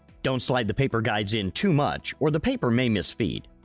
don't slide the paper guides in too much or the paper may misfeed.